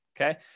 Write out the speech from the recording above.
okay